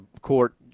court